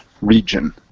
region